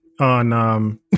On